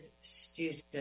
student